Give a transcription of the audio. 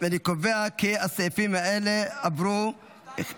אני קובע כי סעיפים 2 5 עברו.